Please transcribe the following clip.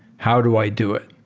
how do i do it?